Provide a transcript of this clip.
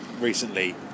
recently